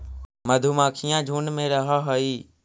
मधुमक्खियां झुंड में रहअ हई